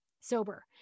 sober